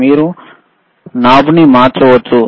మళ్లీ మీరు నాబ్ను మార్చవచ్చు